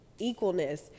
equalness